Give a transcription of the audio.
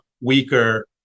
weaker